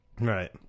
Right